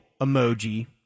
emoji